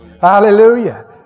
Hallelujah